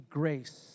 grace